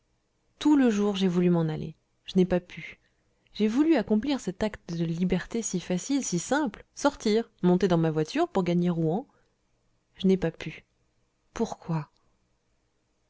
tout le jour j'ai voulu m'en aller je n'ai pas pu j'ai voulu accomplir cet acte de liberté si facile si simple sortir monter dans ma voiture pour gagner rouen je n'ai pas pu pourquoi